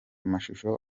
mashusho